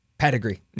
Pedigree